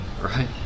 right